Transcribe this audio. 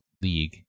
League